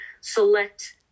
select